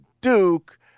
Duke